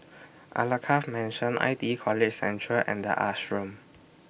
Alkaff Mansion I T College Central and The Ashram